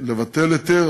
לבטל היתר,